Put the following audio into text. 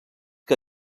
que